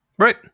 Right